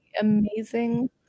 amazing